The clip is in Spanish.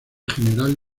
general